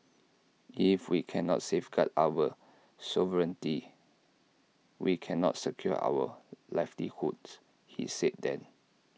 if we cannot safeguard our sovereignty we cannot secure our livelihoods he said then